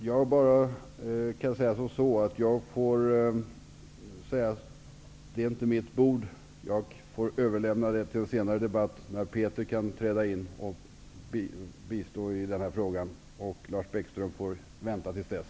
Fru talman! Jag kan bara säga att det inte är mitt bord. Jag får överlämna detta till en senare debatt, när Peter Kling kan träda in och bistå i den här frågan. Lars Bäckström får vänta till dess.